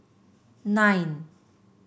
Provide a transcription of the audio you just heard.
nine